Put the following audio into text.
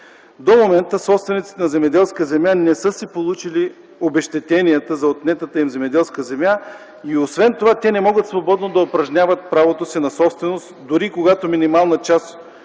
До момента собствениците на земеделска земя не са си получили обезщетенията за отнетата им земеделска земя и освен това не могат свободно да упражняват правото си на собственост, дори когато минимална част